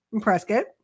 Prescott